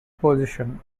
position